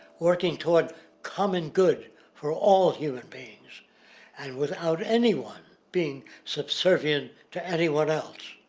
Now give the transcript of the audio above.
working toward common good for all human beings and without anyone being subservient to anyone else.